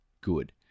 good